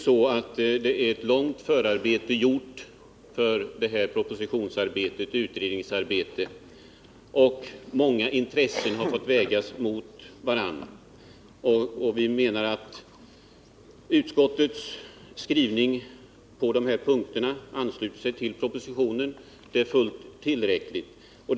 Det ligger ett långt förberedande utredningsarbete bakom propositionen, och det är många intressen som har fått vägas mot varandra. Vi menar att utskottets skrivning på här aktuella punkter ansluter sig till propositionen, vars förslag är fullt tillräckliga.